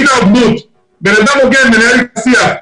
בן אדם הוגן מנהל שיח,